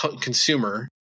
consumer